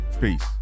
Peace